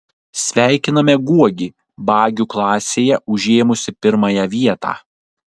sveikiname guogį bagių klasėje užėmusį pirmąją vietą